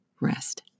rest